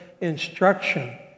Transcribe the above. instruction